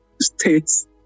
states